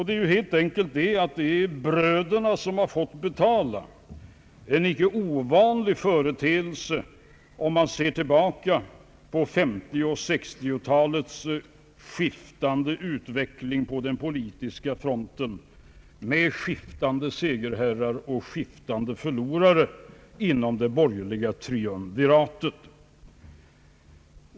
Det är ju helt enkelt bröderna som har fått betala, en inte ovanlig företeelse om man ser tillbaka på 1950 och 1960 talens skiftande utveckling på den politiska fronten med skiftande segerherrar och skiftande förlorare inom det borgerliga triumviratet.